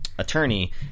Attorney